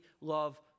love